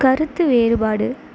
கருத்து வேறுபாடு